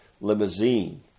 limousine